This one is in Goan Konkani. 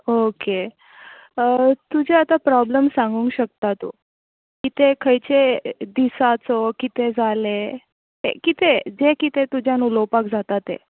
ओके तुजें आता प्रोब्लेम सांगूक शकता तूं कितें खंयचे दिसाचो कितें जालें कितेंय जे कितें तुज्यान उलोवपाक जाता तें